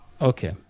Okay